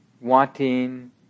wanting